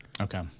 okay